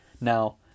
Now